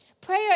Prayer